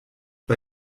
bei